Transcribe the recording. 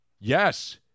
Yes